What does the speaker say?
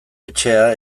etxea